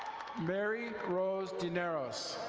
mary rose dineros.